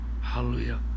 Hallelujah